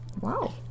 wow